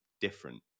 different